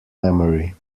memory